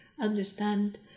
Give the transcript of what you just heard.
understand